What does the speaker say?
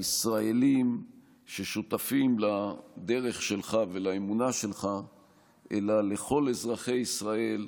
לישראלים ששותפים לדרך שלך ולאמונה שלך אלא לכל אזרחי ישראל.